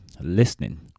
Listening